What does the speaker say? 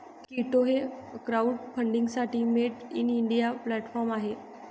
कीटो हे क्राउडफंडिंगसाठी made in India platform आहे